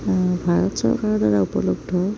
ভাৰত চৰকাৰৰ দ্বাৰা উপলব্ধ